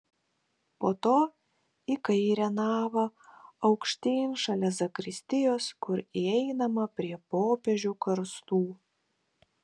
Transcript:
po to į kairę navą aukštyn šalia zakristijos kur įeinama prie popiežių karstų